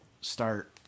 start